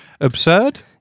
Absurd